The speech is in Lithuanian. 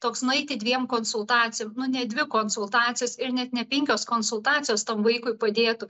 toks nueiti dviem konsultacijom nu ne dvi konsultacijos ir net ne penkios konsultacijos tam vaikui padėtų